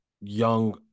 young